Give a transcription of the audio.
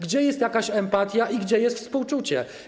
Gdzie jest jakaś empatia i gdzie jest współczucie?